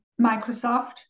Microsoft